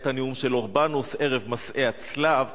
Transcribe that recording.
היה הנאום של אורבנוס ערב מסעי הצלב,